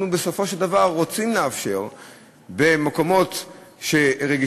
בסופו של דבר אנחנו רוצים לאפשר שבמקומות רגישים,